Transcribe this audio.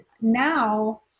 now